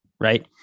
right